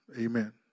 Amen